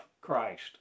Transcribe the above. Christ